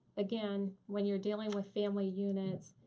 again, when you're dealing with family units,